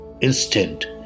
instant